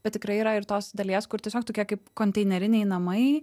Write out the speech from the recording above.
bet tikrai yra ir tos dalies kur tiesiog tokie kaip konteineriniai namai